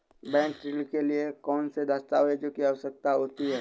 Bank ऋण के लिए कौन से दस्तावेजों की आवश्यकता है?